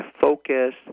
focus